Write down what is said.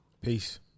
Peace